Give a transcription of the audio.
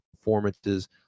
performances